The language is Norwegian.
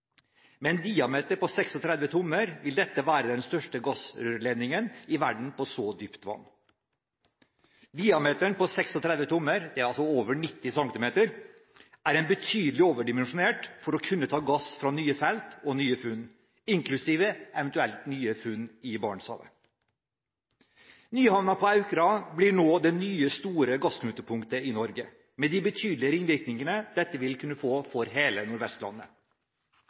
Med en diameter på 36 tommer vil dette være den største gassrørledningen i verden på så dypt vann. Diameteren på 36 tommer – altså over 90 cm – er betydelig overdimensjonert for å kunne ta gass fra nye felt og nye funn, inklusive eventuelt nye funn i Barentshavet. Nyhamna på Aukra blir nå det nye store gassknutepunktet i Norge, med de betydelige ringvirkningene dette vil kunne få for hele Nordvestlandet.